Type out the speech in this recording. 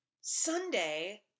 Sunday